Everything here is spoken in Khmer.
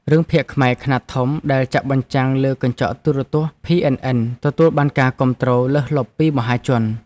រឿងភាគខ្មែរខ្នាតធំដែលចាក់ផ្សាយលើកញ្ចក់ទូរទស្សន៍ភីអិនអិនទទួលបានការគាំទ្រលើសលប់ពីមហាជន។